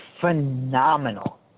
Phenomenal